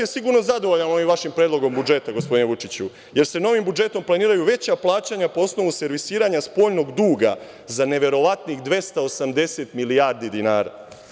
je sigurno zadovoljan ovim vašim predlogom budžeta, gospodine Vučiću, jer ste novim budžetom planiraju veća plaćanja po osnovu servisiranja spoljnog duga za neverovatnih 280 milijardi dinara.